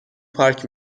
پارک